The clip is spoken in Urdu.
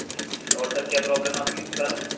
جی اور سر کیا پرابلم ہے آپ کی کار میں